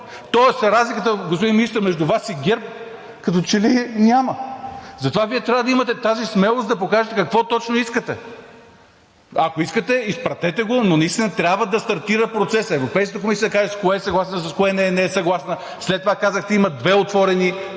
Министър, между Вас и ГЕРБ като че ли я няма. Затова Вие трябва да имате тази смелост да покажете какво точно искате. Ако искате, изпратете го, но наистина трябва да стартира процесът и Европейската комисия да каже с кое е съгласна, с кое не е съгласна. След това казахте: има две отворени